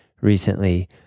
recently